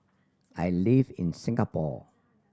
I live in Singapore